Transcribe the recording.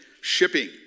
shipping